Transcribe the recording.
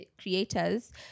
creators